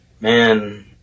Man